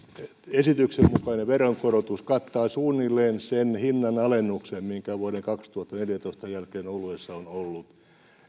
esityksen mukainen veronkorotus kattaa suunnilleen sen hinnanalennuksen mikä vuoden kaksituhattaneljätoista jälkeen oluessa on ollut